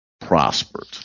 prospered